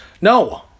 No